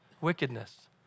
wickedness